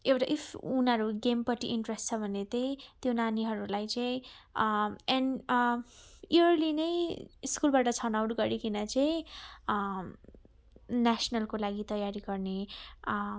एउटा इफ उनीहरू गेमपट्टि इन्ट्रेस्ट छ भने त्यो नानीहरूलाई चाहिँ एन इयरली नै स्कुलबाट छनोट गरीकन चाहिँ नेसनलको लागि तयारी गर्ने